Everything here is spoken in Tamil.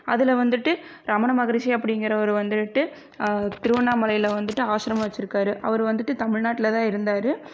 அதில் வந்துட்டு ரமணமகரிஷி அப்படிங்கிறவர் வந்துட்டு திருவண்ணாமலையில் வந்துட்டு ஆஸ்ரமம் வச்சுருக்காரு அவர் வந்துட்டு தமிழ்நாட்டில் தான் இருந்தார்